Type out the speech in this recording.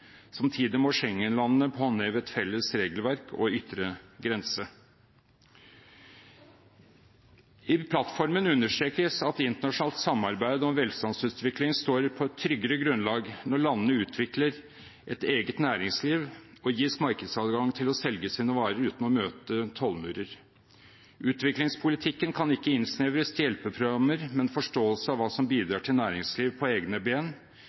Samtidig må Schengen-landene håndheve et felles regelverk og ytre grense. I regjeringsplattformen understrekes at internasjonalt samarbeid om velstandsutvikling står på et tryggere grunnlag når landene utvikler et eget næringsliv og gis markedsadgang til å selge sine varer uten å møte tollmurer. Utviklingspolitikken kan ikke innsnevres til hjelpeprogrammer, men er forståelse av hva som bidrar til et næringsliv på egne ben, landenes egen